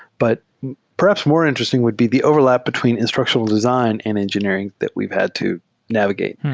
but perhaps more interesting would be the overlap between instructional design and engineering that we've had to navigate.